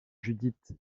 judith